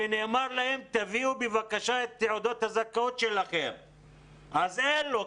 ונאמר להם להביא את תעודות הזכאות שלהם אבל לא היה להם,